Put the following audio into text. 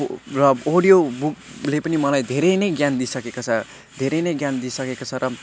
र अडियो बुकले पनि मलाई धेरै नै ज्ञान दिइसकेको छ धेरै नै ज्ञान दिइसकेको छ र